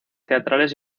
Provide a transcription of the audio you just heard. teatrales